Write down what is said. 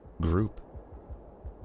group